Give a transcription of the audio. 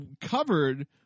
covered